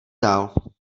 dál